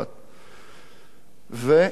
וסיגריה ביד.